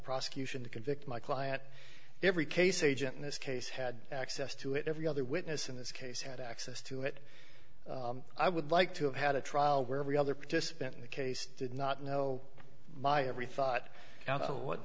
prosecution to convict my client every case agent in this case had access to it every other witness in this case had access to it i would like to have had a trial where every other participant in the case did not know my every thought what